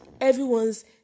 everyone's